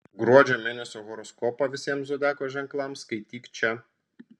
gruodžio mėnesio horoskopą visiems zodiako ženklams skaityk čia